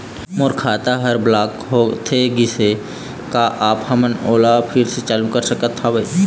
मोर खाता हर ब्लॉक होथे गिस हे, का आप हमन ओला फिर से चालू कर सकत हावे?